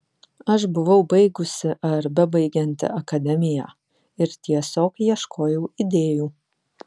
aš buvau baigusi ar bebaigianti akademiją ir tiesiog ieškojau idėjų